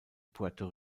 puerto